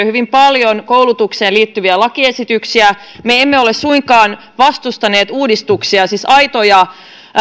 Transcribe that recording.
hyvin paljon koulutukseen liittyviä lakiesityksiä me emme ole suinkaan vastustaneet uudistuksia siis aitoja